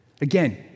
Again